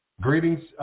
Greetings